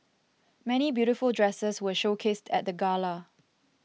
many beautiful dresses were showcased at the gala